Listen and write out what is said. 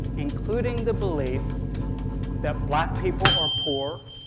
including the belief that black people are poor,